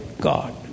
God